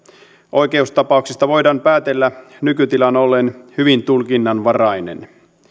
oikeustapauksista voidaan päätellä nykytilan olleen hyvin tulkinnanvarainen